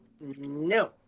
No